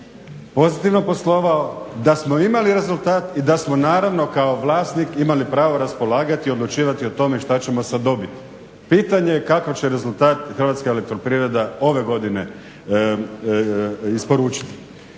pozitivno poslovao, da smo imali rezultat i da smo naravno kao vlasnik imali pravo raspolagati i odlučivati o tome što ćemo sa dobiti. Pitanje je kakav će rezultat HEP ove godine isporučiti.